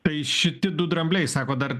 tai šiti du drambliai sakot dar dramblys yra pvemas